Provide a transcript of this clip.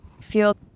feel